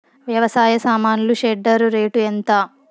వ్యవసాయ సామాన్లు shredder rate ఎంత?